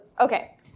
Okay